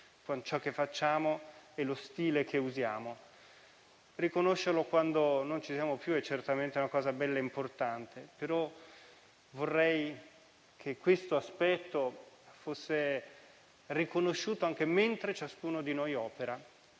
ciò che facciamo e lo stile che usiamo. Riconoscerlo quando non ci siamo più è certamente una cosa bella e importante, però vorrei che questo aspetto fosse riconosciuto anche mentre ciascuno di noi opera.